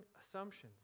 Assumptions